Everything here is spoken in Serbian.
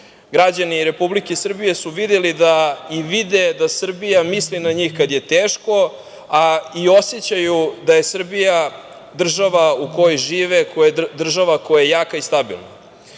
Građani Republike Srbije su videli i vide da Srbija misli na njih kada je teško, a i osećaju da je Srbija država u kojoj žive država koja je jaka i